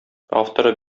авторы